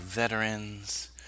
veterans